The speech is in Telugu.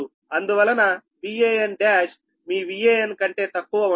అందువలన Van1 మీ Van కంటే తక్కువ ఉంటుంది